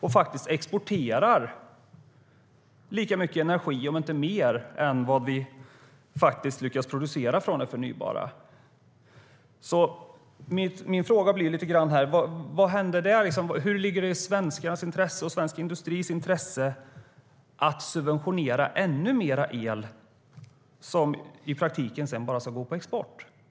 Vi exporterar faktiskt lika mycket, om inte mer, energi än vad som produceras från det förnybara. Så min fråga är: Hur kan det ligga i svenskarnas och svensk industris intresse att subventionera ännu mer el som i praktiken sedan bara ska gå på export?